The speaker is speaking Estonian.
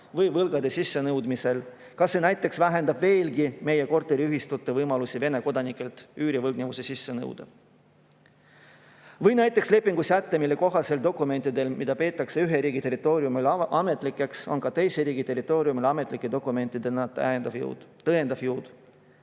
või võlgade sissenõudmisel. Kas see näiteks vähendab veelgi meie korteriühistute võimalusi Vene kodanikelt üürivõlgnevusi sisse nõuda? Või näiteks lepingu säte, mille kohaselt dokumentidel, mida peetakse ühe riigi territooriumil ametlikeks, on ka teise riigi territooriumil ametlike dokumentide tõendav jõud.